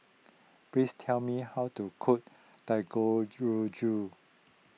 please tell me how to cook